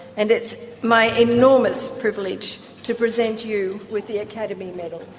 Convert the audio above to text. and it's my enormous privilege to present you with the academy medal.